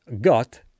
got